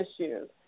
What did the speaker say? issues